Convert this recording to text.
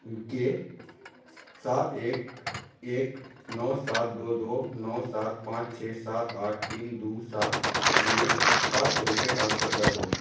کے سات ایک ایک نو سات دو دو نو سات پانچ چھ سات آٹھ تین دو سات میں سات سو روپے ٹرانسفر کر دو